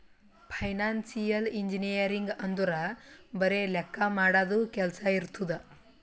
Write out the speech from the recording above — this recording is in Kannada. ಫೈನಾನ್ಸಿಯಲ್ ಇಂಜಿನಿಯರಿಂಗ್ ಅಂದುರ್ ಬರೆ ಲೆಕ್ಕಾ ಮಾಡದು ಕೆಲ್ಸಾ ಇರ್ತುದ್